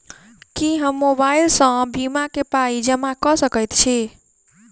की हम मोबाइल सअ बीमा केँ पाई जमा कऽ सकैत छी?